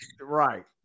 Right